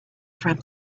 from